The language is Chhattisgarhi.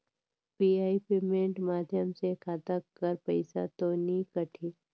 यू.पी.आई पेमेंट माध्यम से खाता कर पइसा तो नी कटही?